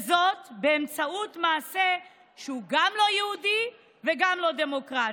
וזאת באמצעות מעשה שהוא גם לא יהודי וגם לא דמוקרטי,